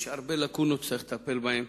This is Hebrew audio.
יש הרבה לקונות שצריך לטפל בהן.